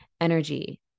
energy